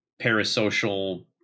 parasocial